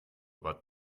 but